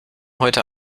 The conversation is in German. heute